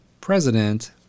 president